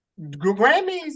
Grammys